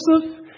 Joseph